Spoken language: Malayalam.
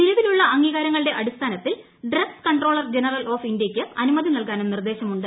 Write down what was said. നിലവിലുള്ള അംഗീകാരങ്ങളുടെ അടിസ്ഥാനത്തിൽ ഡ്രഗ്സ് കൺട്രോളർ ജനറൽ ഓഫ് ഇന്ത്യയ്ക്ക് അനുമതി നൽകാനും നിർദ്ദേശമുണ്ട്